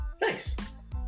Nice